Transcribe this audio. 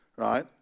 right